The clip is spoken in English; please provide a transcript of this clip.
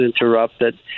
interrupted